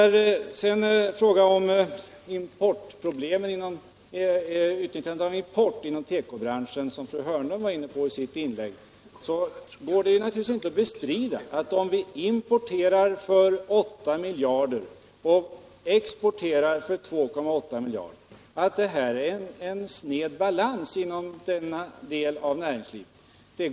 I sitt inlägg berörde fru Hörnlund utnyttjandet av import inom tekobranschen. Det går naturligtvis inte att bestrida att det, om vi importerar för 8 miljarder kronor och exporterar för 2,8 miljarder kronor, innebär en snedbalans inom denna del av näringslivet.